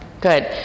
Good